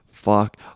fuck